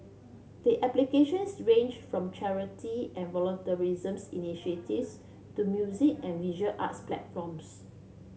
the applications ranged from charity and initiatives to music and visual arts platforms